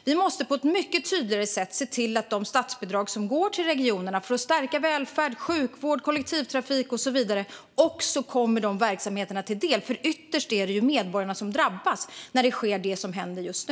Vi måste se till att de statsbidrag som går till regionerna för att stärka välfärd, sjukvård, kollektivtrafik och så vidare också kommer dessa verksamheter till del, för ytterst är det ju medborgarna som drabbas av det som sker just nu.